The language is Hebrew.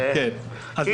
יש